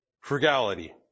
Frugality